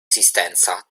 esistenza